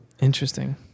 Interesting